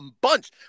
bunch